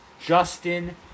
Justin